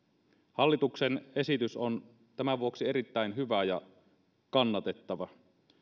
hallituksen esitys on tämän vuoksi erittäin hyvä ja kannatettava